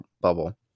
bubble